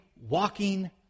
walking